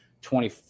Twenty